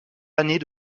années